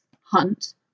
Hunt